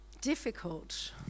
difficult